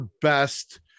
best